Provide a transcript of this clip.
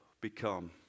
become